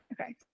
Okay